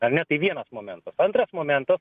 ar ne tai vienas momentas antras momentas